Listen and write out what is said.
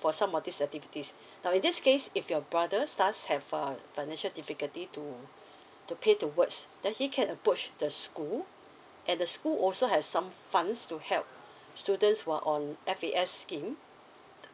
for some of these activities now in this case if your brother stars have uh financial difficulty to to pay towards then he can approach the school and the school also have some funds to help students who are on F_A_S scheme